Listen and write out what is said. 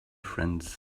friends